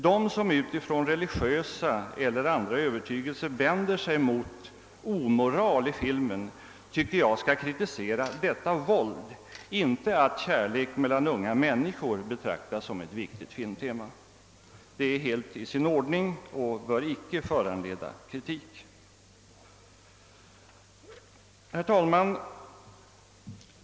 De som utifrån religiösa eller andra övertygelser vänder sig mot omoral i filmen tycker jag skall kritisera detta våld, inte att kärlek mellan unga människor betraktas som ett viktigt filmtema. Det senare är helt i sin ordning och bör icke föranleda kritik. Herr talman!